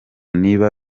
niba